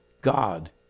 God